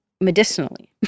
medicinally